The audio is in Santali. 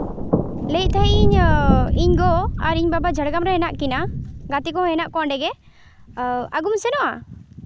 ᱞᱟᱹᱭᱮᱜ ᱛᱟᱦᱮᱱᱤᱧ ᱤᱧ ᱜᱚ ᱟᱨ ᱤᱧ ᱵᱟᱵᱟ ᱡᱷᱟᱲᱜᱨᱟᱢ ᱨᱮ ᱦᱮᱱᱟᱜ ᱠᱤᱱᱟ ᱜᱟᱛᱮ ᱠᱚ ᱢᱮᱱᱟᱜ ᱠᱚᱣᱟ ᱚᱸᱰᱮ ᱜᱮ ᱟᱹᱜᱩᱢ ᱥᱮᱱᱚᱜᱼᱟ